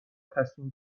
تصمیم